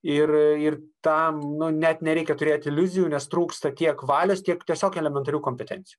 ir ir tam nu net nereikia turėti iliuzijų nes trūksta tiek valios tiek tiesiog elementarių kompetencijų